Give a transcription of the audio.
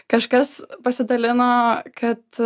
kažkas pasidalino kad